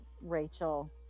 Rachel